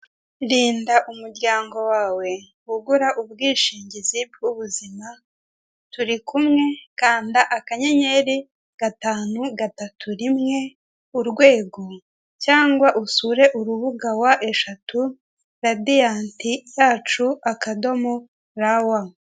Rinda umuryango wawe ugura ubwishingizi bw'ubuzima, turi kumwe kanda akanyenyeri gatanu gatatu rimwe urwego, cyangwa usure urubuga wa eshati radiyanti yacu akadomo rawa.